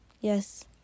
yes